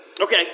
Okay